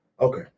okay